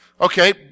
Okay